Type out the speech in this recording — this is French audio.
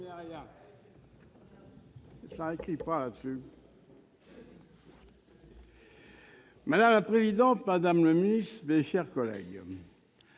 Madame la présidente, madame la ministre, chers collègues,